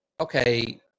Okay